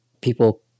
people